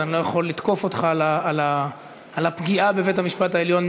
אז אני לא יכול לתקוף אותך על הפגיעה בבית-המשפט העליון,